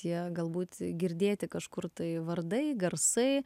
tie galbūt girdėti kažkur tai vardai garsai